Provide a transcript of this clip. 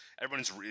everyone's